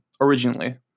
originally